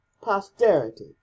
posterity